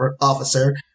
officer